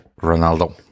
Ronaldo